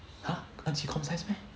!huh! enqi comp science meh